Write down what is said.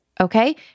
okay